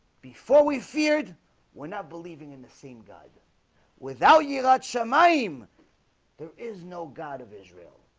before we feared we're not believing in the same god without you got some, i'm there is no god of israel